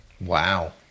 Wow